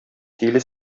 тиле